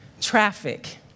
traffic